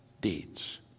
deeds